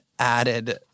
Added